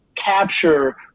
capture